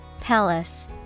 Palace